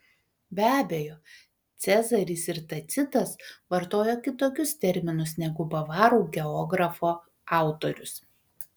be abejo cezaris ir tacitas vartojo kitokius terminus negu bavarų geografo autorius